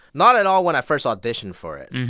not at all when i first auditioned for it.